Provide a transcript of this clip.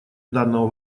данного